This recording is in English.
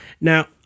Now